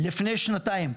לפני שנתיים.